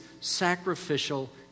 sacrificial